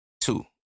Two